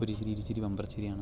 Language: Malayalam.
ഒരു ചിരി ഇരു ചിരി ബംബർ ചിരിയാണ്